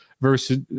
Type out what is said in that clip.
versus